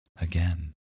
Again